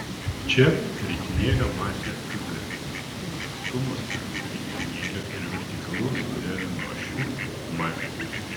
čia ritinėlio masė kg atstumas tarp ritinėlio ir vertikalaus veleno ašių m